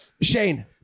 Shane